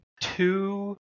two